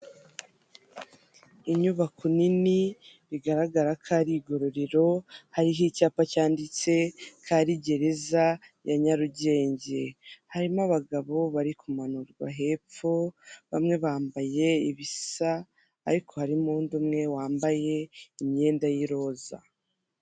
Inyubako nini bigaragara ko ari igororero hariho icyapa cyanditse kari gereza ya Nyarugenge, harimo abagabo bari kumanurwa hepfo bamwe bambaye ibisa ariko harimo undi umwe wambaye imyenda y'iroza.